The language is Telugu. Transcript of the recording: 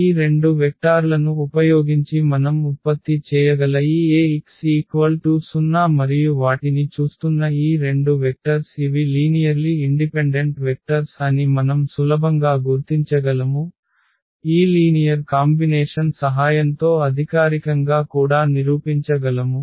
ఈ రెండు వెక్టార్లను ఉపయోగించి మనం ఉత్పత్తి చేయగల ఈ Ax 0 మరియు వాటిని చూస్తున్న ఈ రెండు వెక్టర్స్ ఇవి లీనియర్లి ఇండిపెండెంట్ వెక్టర్స్ అని మనం సులభంగా గుర్తించగలము ఈ లీనియర్ కాంబినేషన్ సహాయంతో అధికారికంగా కూడా నిరూపించ గలము